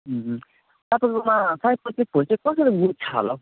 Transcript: उम् उम् तपाईँकोमा सयपत्री फुल चाहिँ कसरी गुच्छा होला हौ